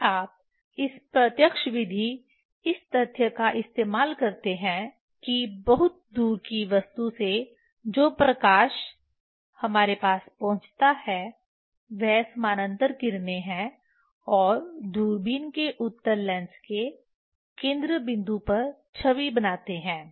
यदि आप इस प्रत्यक्ष विधि इस तथ्य का इस्तेमाल करते हैं कि बहुत दूर की वस्तु से जो प्रकाश हमारे पास पहुंचता है वह समानांतर किरणें हैं और दूरबीन के उत्तल लेंस के केंद्र बिंदु पर छवि बनाते हैं